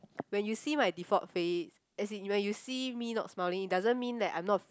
when you see my default face as in when you see me not smiling it doesn't mean that I'm not